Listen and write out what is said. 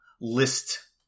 list